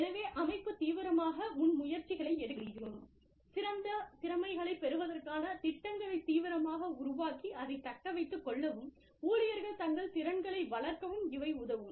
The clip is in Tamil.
எனவே அமைப்பு தீவிரமாக முன்முயற்சிகளை எடுக்க முடியும் சிறந்த திறமைகளைப் பெறுவதற்கான திட்டங்களை தீவிரமாக உருவாக்கி அதைத் தக்க வைத்துக் கொள்ளவும் ஊழியர்கள் தங்கள் திறன்களை வளர்க்கவும் இவை உதவும்